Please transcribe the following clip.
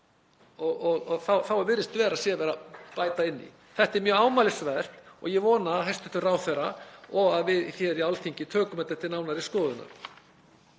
þá virðist vera að það sé verið að bæta inn í. Þetta er mjög ámælisvert og ég vona að hæstv. ráðherra og við hér á Alþingi tökum þetta til nánari skoðunar.